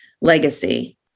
legacy